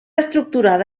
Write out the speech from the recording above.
estructurada